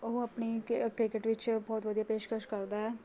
ਉਹ ਆਪਣੀ ਕ ਕ੍ਰਿਕਟ ਵਿੱਚ ਬਹੁਤ ਵਧੀਆ ਪੇਸ਼ਕਸ਼ ਕਰਦਾ ਹੈ